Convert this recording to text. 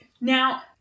Now